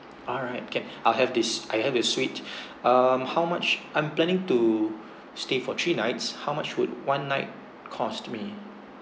alright can I'll have this I'll have the suite um how much I'm planning to stay for three nights how much would one night cost me